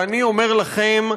ואני אומר לכם,